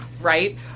right